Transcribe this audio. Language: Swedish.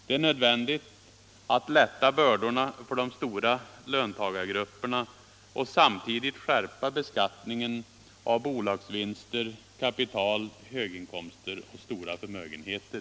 Det är nödvändigt att lätta bördorna för de stora löntagargrupperna och samtidigt skärpa beskattningen av bolagsvinster, kapital, höginkomster och stora förmögenheter.